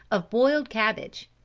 of boiled cabbage.